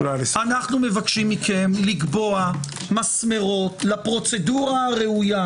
אנו מבקשים מכם לקבוע מסמרות לפרוצדורה הראויה